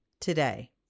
today